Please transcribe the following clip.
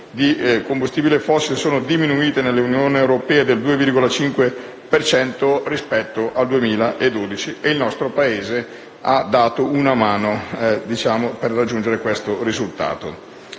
di combustibile fossile sono diminuite del 2,5 per cento rispetto al 2012 e il nostro Paese ha dato una mano per raggiungere questo risultato.